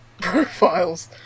profiles